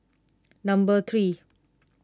number three